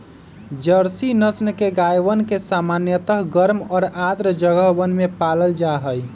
Jersey नस्ल के गायवन के सामान्यतः गर्म और आर्द्र जगहवन में पाल्ल जाहई